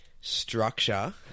Structure